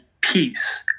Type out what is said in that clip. peace